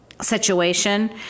situation